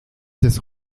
des